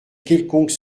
quelconque